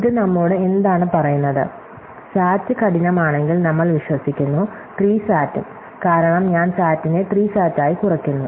ഇത് നമ്മോട് എന്താണ് പറയുന്നത് SAT കഠിനമാണെങ്കിൽ നമ്മൾ വിശ്വസിക്കുന്നു 3 SAT ഉം കാരണം ഞാൻ SAT നെ 3 SAT ആയി കുറയ്ക്കുന്നു